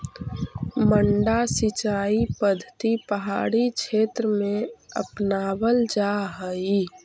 मड्डा सिंचाई पद्धति पहाड़ी क्षेत्र में अपनावल जा हइ